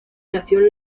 nació